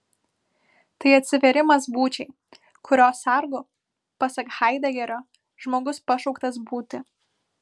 tai atsivėrimas būčiai kurios sargu pasak haidegerio žmogus pašauktas būti